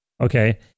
Okay